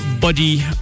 body